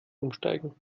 umsteigen